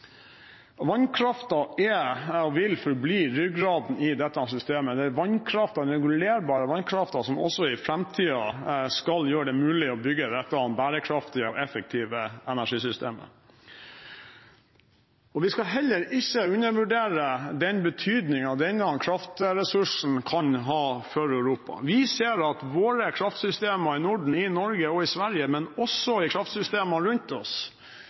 Vannkraften er, og vil forbli, ryggraden i dette systemet. Det er den regulerbare vannkraften som også i framtiden skal gjøre det mulig å bygge dette bærekraftige og effektive energisystemet. Vi skal heller ikke undervurdere den betydningen denne kraftressursen kan ha for Europa. Vi ser at i våre kraftsystemer i Norden, i Norge og i Sverige, men også i kraftsystemer rundt oss,